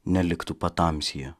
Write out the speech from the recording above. neliktų patamsyje